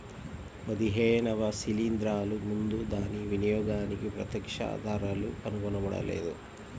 పదిహేనవ శిలీంద్రాలు ముందు దాని వినియోగానికి ప్రత్యక్ష ఆధారాలు కనుగొనబడలేదు